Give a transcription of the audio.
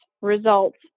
results